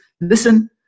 listen